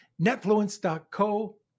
Netfluence.co